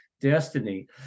destiny